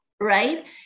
right